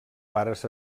pares